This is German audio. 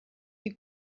die